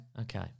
Okay